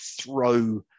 throw